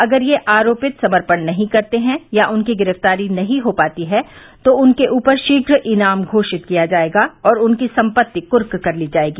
अगर ये आरोपित समपर्ण नहीं करते हैं या उनकी गिरफ्तारी नहीं हो तो पाती तो उनके ऊपर शीघ्र ईनाम घोषित किया जायेगा और उनकी सम्पत्ति कुर्क कर ली जायेगी